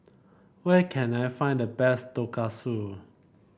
where can I find the best Tonkatsu